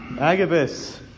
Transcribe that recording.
Agabus